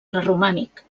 preromànic